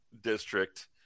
district